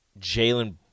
Jalen